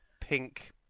pink